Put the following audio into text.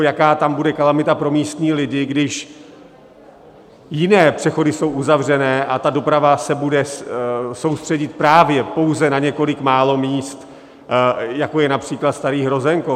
Jaká tam bude kalamita pro místní lidi, když jiné přechody jsou uzavřeny a doprava se bude soustředit právě pouze na několik málo míst, jako je například Starý Hrozenkov?